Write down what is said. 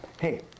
Hey